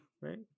right